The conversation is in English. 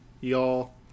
y'all